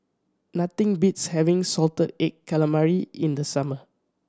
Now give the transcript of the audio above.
nothing beats having salted egg calamari in the summer